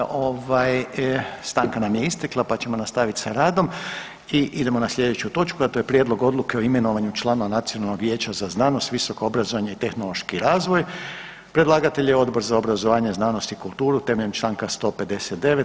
Evo ga, ovaj stanka nam je istekla pa ćemo nastaviti s radom i idemo na slijedeću točku, a to je: - Prijedlog Odluke o imenovanju članova Nacionalnog vijeća za znanost, visoko obrazovanje i tehnološki razvoj Predlagatelj je Odbor za obrazovanje, znanost i kulturu temeljem Članka 159.